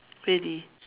really